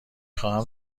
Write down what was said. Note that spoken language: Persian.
خواهم